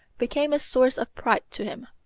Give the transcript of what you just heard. became a source of pride to him.